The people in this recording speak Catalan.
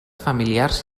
familiars